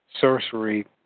Sorcery